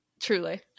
truly